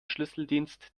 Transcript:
schlüsseldienst